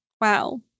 Wow